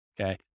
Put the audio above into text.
Okay